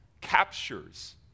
captures